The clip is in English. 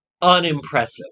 unimpressive